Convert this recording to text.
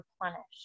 replenish